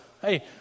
Hey